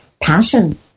passion